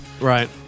Right